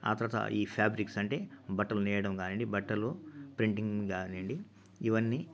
ఆ తర్వాత ఈ ఫ్యాబ్రిక్స్ అంటే బట్టలు నేయడం కానీయండి బట్టలు ప్రింటింగ్ కానీయండి ఇవన్నీ